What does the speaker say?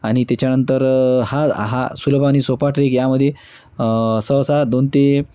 आणि त्याच्यानंतर हा हा सुलभ आणि सोपा ट्रेक यामध्ये सहसा दोन ते